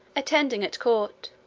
attending at court,